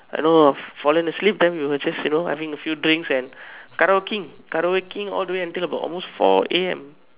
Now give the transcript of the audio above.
you know fallen asleep then we were just you know having a few drinks and karaokeing karaokeing all the way until almost four A_M